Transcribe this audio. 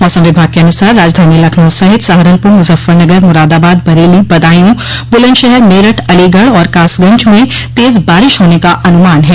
मौसम विभाग के अनुसार राजधानी लखनऊ सहित सहारनपुर मुजफ्फरनगर मुरादाबाद बरेली बदायूं बुलन्दशहर मेरठ अलीगढ़ और कासगंज में तेज बारिश होने का अनुमान है